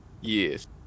Yes